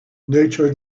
nature